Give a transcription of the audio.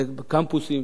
בקמפוסים